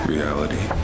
Reality